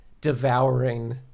devouring